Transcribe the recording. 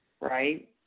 Right